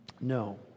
no